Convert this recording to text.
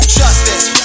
justice